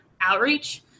outreach